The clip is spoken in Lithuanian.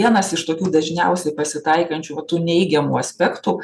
vienas iš tokių dažniausiai pasitaikančių va tų neigiamų aspektų